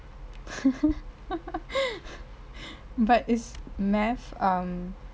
but is math um